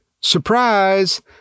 surprise